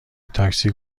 تاکسی